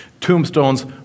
Tombstones